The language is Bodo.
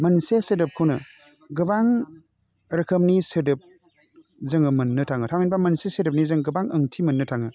मोनसे सोदोबखौनो गोबां रोखोमनि सोदोब जोङो मोन्नो थाङो थाहिनबा मोनसे सोदोबनि जों गोबां ओंथि मोन्नो थाङो